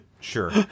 sure